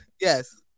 Yes